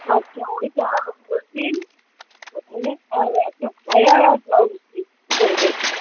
আচ্ছা ওইটা দিন তাহলে আর একটা সায়া আর ব্লাউজ দিন পরে